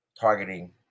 targeting